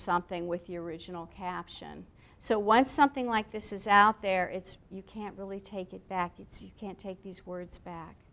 something with your original caption so once something like this is out there it's you can't really take it back you can't take these words back